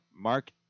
Mark